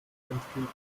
entgegen